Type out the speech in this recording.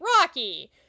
Rocky